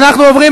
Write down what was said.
אנחנו עוברים,